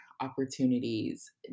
opportunities